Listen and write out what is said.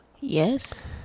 Yes